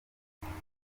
bagomba